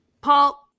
Paul